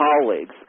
colleagues